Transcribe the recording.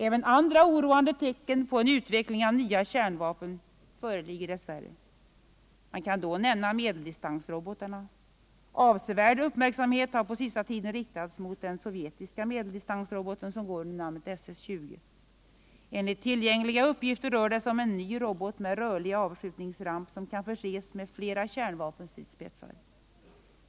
Även andra oroande tecken på att nya kärnvapen utvecklas föreligger dess värre. Jag kan då nämna medeldistansrobotarna. Avsevärd uppmärksamhet har på senaste tiden riktats mot den sovjetiska medeldistansroboten, som går under namnet SS 20. Enligt tillgängliga uppgifter rör det sig om cen ny robot med rörlig avskjutningsramp som kan förses med flera kärnvapenstridsspetsar.